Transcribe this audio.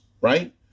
right